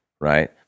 right